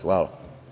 Hvala.